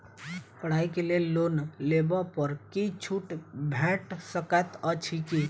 पढ़ाई केँ लेल लोन लेबऽ पर किछ छुट भैट सकैत अछि की?